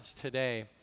today